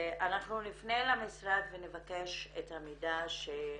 אנחנו נפנה למשרד ונבקש את המידע על